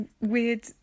weird